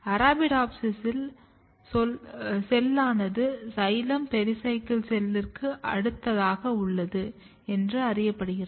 அரபிடோப்சிஸில் செல்லானது xylem pericycle செல்லிற்கு அடுத்ததாக உள்ளது என்று அறியப்படுகிறது